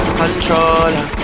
controller